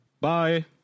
Bye